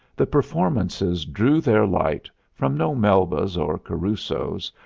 the performances drew their light from no melbas or carusos,